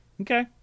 Okay